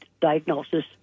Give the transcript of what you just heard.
diagnosis